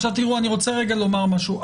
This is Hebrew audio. עכשיו תראו אני רוצה רגע לומר משהו,